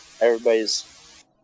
everybody's